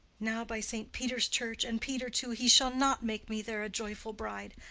now by saint peter's church, and peter too, he shall not make me there a joyful bride!